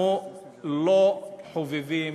אנחנו לא חובבים